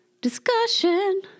discussion